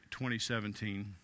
2017